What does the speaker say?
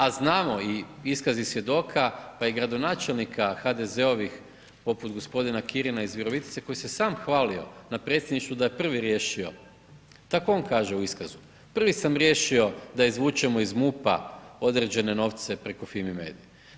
A znamo i iskazi svjedoka pa i gradonačelnika HDZ-ovih poput g. Kirina iz Virovitice koji se sam hvalio na Predsjedništvu da je prvi riješio, tako on kaže u iskazu, prvi sam riješio da izvučemo iz MUP-a određene novce preko Fimi media.